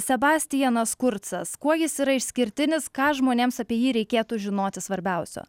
sebastianas kurcas kuo jis yra išskirtinis ką žmonėms apie jį reikėtų žinoti svarbiausio